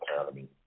economy